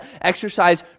exercise